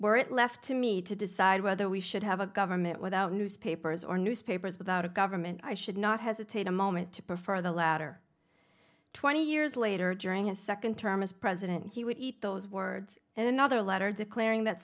were it left to me to decide whether we should have a government without newspapers or newspapers without a government i should not hesitate a moment to prefer the latter twenty years later during his second term as president he would eat those words in another letter declaring that